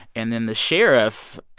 and then the sheriff,